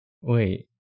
Wait